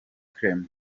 clement